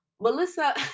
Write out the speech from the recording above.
Melissa